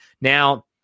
Now